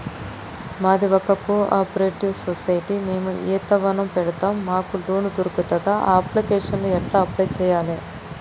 మాది ఒక cooperative society మేము ఈత వనం పెడతం మాకు లోన్ దొర్కుతదా? అప్లికేషన్లను ఎట్ల అప్లయ్ చేయాలే?